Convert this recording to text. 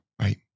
Right